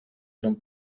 eren